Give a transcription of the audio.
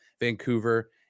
Vancouver